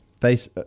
face –